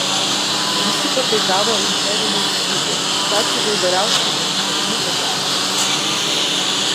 visi pataikavo imperinei didybei pačiai vulgariausiai ir savimi patenkintai